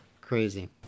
crazy